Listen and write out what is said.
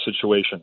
situation